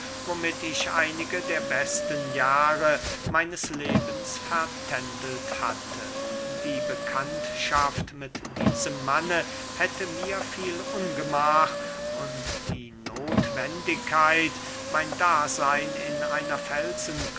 womit ich einige der besten jahre meines lebens vertändelt hatte die bekanntschaft mit diesem manne hätte mir viel ungemach und die nothwendigkeit mein daseyn in einer